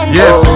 yes